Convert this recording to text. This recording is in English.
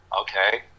okay